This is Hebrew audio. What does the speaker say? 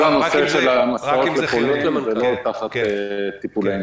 כל הנושא של מסעות לפולין הוא לא תחת טיפולנו.